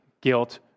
guilt